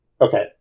Okay